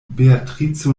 beatrico